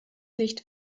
nicht